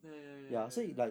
ya ya ya ya ya ya